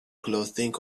clothing